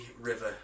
River